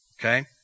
okay